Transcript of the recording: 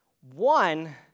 One